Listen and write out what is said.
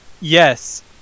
Yes